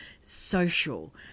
social